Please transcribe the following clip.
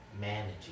managing